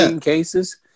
cases